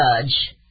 judge